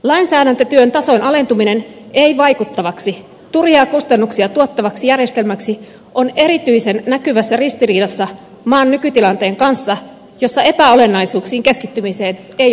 lainsäädäntötyön tason alentuminen ei vaikuttavaksi turhia kustannuksia tuottavaksi järjestelmäksi on erityisen näkyvässä ristiriidassa maan nykytilanteen kanssa jossa epäolennaisuuksiin keskittymiseen ei ole varaa